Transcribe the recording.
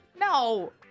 No